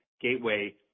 gateway